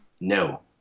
no